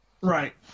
Right